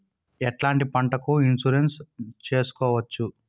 ఎట్లాంటి పంటలకు ఇన్సూరెన్సు చేసుకోవచ్చు?